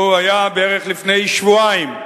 הוא היה לפני שבועיים בערך.